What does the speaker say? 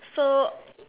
so